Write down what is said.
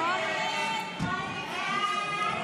הסתייגות 921 לא התקבלה.